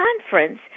conference